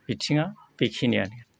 बिथिङा बेखिनियानो